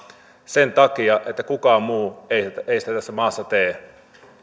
sen takia että kukaan muu ei sitä tässä maassa tee